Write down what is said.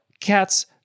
cats